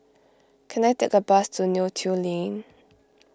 can I take a bus to Neo Tiew Lane